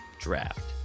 draft